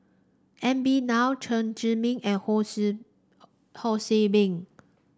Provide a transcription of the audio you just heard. N B Rao Chen Zhiming and Ho Ho See Beng